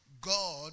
God